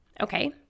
okay